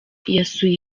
yasuye